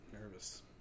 Nervous